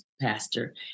pastor